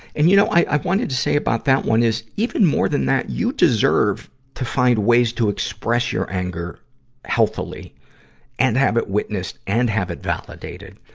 and, you know, i, i wanted to say about that one is, even more than that, you deserve to find ways to express your anger healthily and have it witnessed and have it validated.